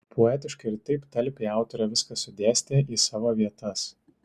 poetiškai ir taip talpiai autorė viską sudėstė į savo vietas